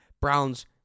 Brown's